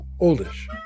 Oldish